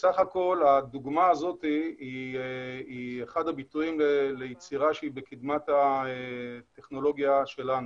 הדוגמה הזו היא אחד הביטויים ליצירה שהיא בקדמת הטכנולוגיה שלנו.